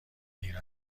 دیر